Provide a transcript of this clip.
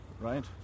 Right